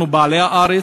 אנחנו בעלי הארץ,